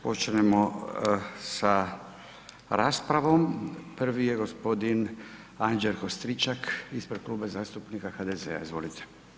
Počinjemo sa raspravom, prvi je g. Anđelko Stričak ispred Kluba zastupnika HDZ-a, izvolite.